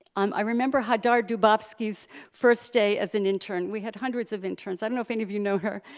um, i remember hadar dubofski's first day as an intern. we had hundreds of interns, i don't know if any of you know her.